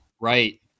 Right